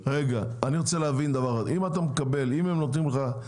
אני רוצה להבין דבר אחד, אם הם נותנים לך,